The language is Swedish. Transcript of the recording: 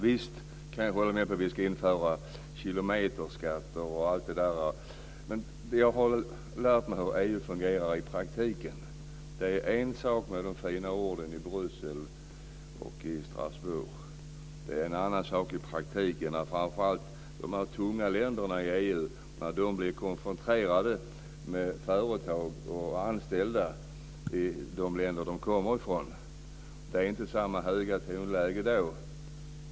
Visst kan jag hålla med om att vi ska införa kilometerskatter m.m. Men nu har jag lärt mig hur EU fungerar i praktiken. Det är en sak med de fina orden i Bryssel och Strasbourg. Det är en annan sak i praktiken. När framför allt de tunga länderna i EU blir konfronterade med företag och anställda i sina länder är det inte samma höga tonläge.